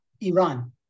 Iran